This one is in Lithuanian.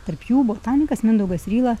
tarp jų botanikas mindaugas ryla